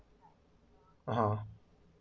(uh huh)